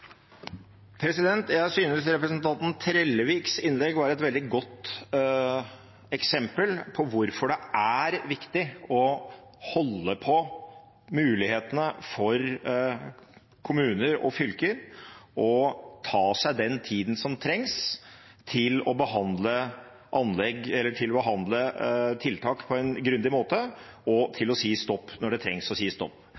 viktig å holde på mulighetene for kommuner og fylker til å ta seg den tida som trengs til å behandle tiltak på en grundig måte, og til å si stopp når det trengs å si stopp. Trellevik bruker tre–fire eksempler på